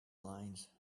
lines